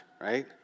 right